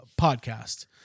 podcast